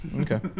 Okay